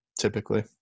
typically